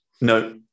no